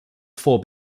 four